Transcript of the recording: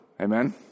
Amen